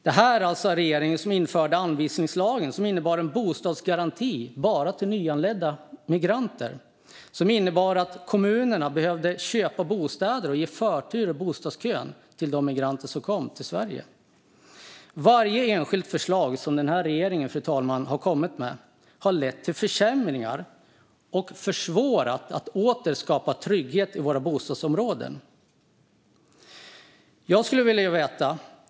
Detta är den regering som införde anvisningslagen, som innebar en bostadsgaranti bara till nyanlända migranter. Det betydde att kommunerna behövde köpa bostäder och ge förtur i bostadskön till de migranter som kom till Sverige. Varje enskilt förslag som den här regeringen har kommit med har lett till försämringar och försvårat för att åter skapa trygghet i våra bostadsområden.